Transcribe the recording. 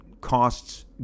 costs